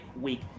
week